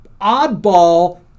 oddball